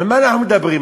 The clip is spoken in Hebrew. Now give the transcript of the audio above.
על מה אנחנו מדברים?